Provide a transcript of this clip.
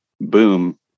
boom